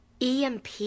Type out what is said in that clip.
EMP